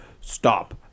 stop